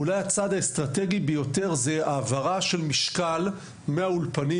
ואולי הצעד האסטרטגי ביותר הוא העברת משקל מהאולפנים